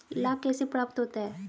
लाख कैसे प्राप्त होता है?